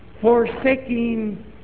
forsaking